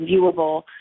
viewable